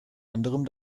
anderem